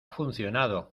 funcionado